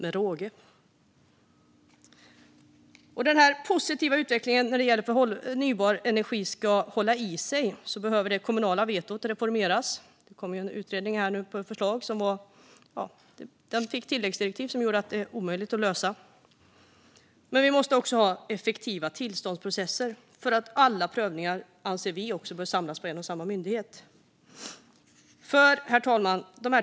För att den positiva utvecklingen när det gäller förnybar energi ska hålla i sig behöver det kommunala vetot reformeras. Det kom ju en utredning, men den fick tilläggsdirektiv som gjorde detta omöjligt att lösa. Det måste också vara effektiva tillståndsprocesser, och vi anser att alla prövningar bör samlas på en och samma myndighet.